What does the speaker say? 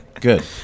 good